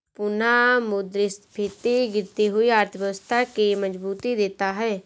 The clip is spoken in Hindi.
पुनःमुद्रस्फीति गिरती हुई अर्थव्यवस्था के मजबूती देता है